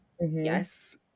Yes